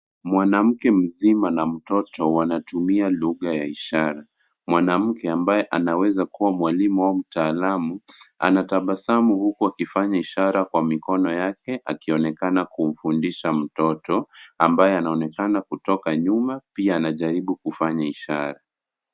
Mwanamke mzima na mtoto, wanatumia lugha ya ishara. Mwanamke ambaye anaweza kuwa mwalimu au mtaalamu, anatabasamu huku akifanya ishara kwa mikono yake akionekana kumfundisha mtoto ambaye anaonekana kutoka nyuma pia anajaribu kufanya ishara.